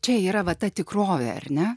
čia yra va ta tikrovė ar ne